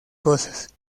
cosas